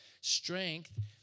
Strength